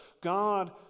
God